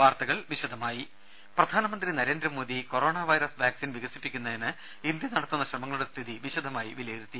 വാർത്തകൾ വിശദമായി പ്രധാനമന്ത്രി നരേന്ദ്രമോദി കൊറോണാ വൈറസ് വാക്സിൻ വികസിപ്പിക്കുന്നതിന് ഇന്ത്യ നടത്തുന്ന ശ്രമങ്ങളുടെ സ്ഥിതി വിശദമായി വിലയിരുത്തി